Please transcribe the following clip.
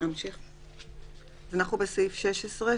סעיף 16,